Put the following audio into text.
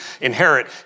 inherit